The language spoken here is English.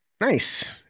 Nice